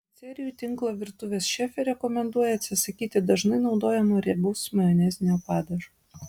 picerijų tinklo virtuvės šefė rekomenduoja atsisakyti dažnai naudojamo riebaus majonezinio padažo